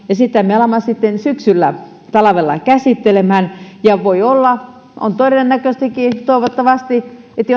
ja sitä me alamme sitten syksyllä talvella käsittelemään ja voi olla ja on todennäköistäkin että jos